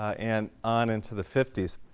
and on into the fifties.